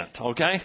okay